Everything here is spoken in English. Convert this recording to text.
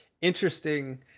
interesting